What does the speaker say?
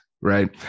right